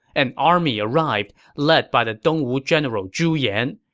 an army arrived, led by the dongwu general zhu yan.